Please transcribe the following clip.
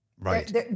Right